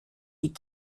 die